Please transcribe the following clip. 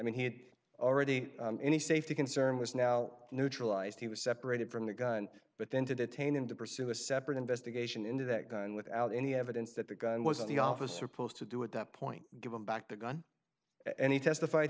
mean he had already any safety concern was now neutralized he was separated from the gun but then to detain him to pursue a separate investigation into that gun without any evidence that the gun was the officer posed to do at that point give him back the gun and he testified